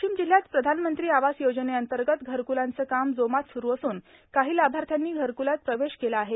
वाशिम जिल्ह्यात प्रधानमंत्री आवास योजने अंतर्गत घरक्लांचे काम जोमात स्रु असून काही लाभार्थ्यांनी घरक्लात प्रवेश केला आहे